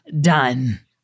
done